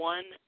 One